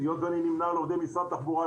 היות ואני נמנה על עובדי משרד התחבורה,